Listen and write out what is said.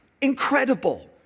incredible